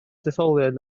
detholiad